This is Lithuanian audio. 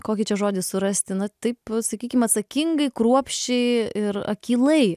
kokį čia žodį surasti na taip sakykim atsakingai kruopščiai ir akylai